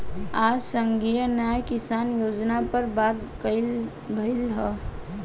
आज संघीय न्याय किसान योजना पर बात भईल ह